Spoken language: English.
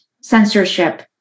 censorship